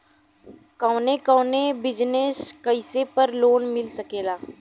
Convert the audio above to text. कवने कवने बिजनेस कइले पर लोन मिल सकेला?